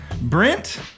Brent